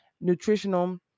nutritional